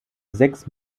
sechs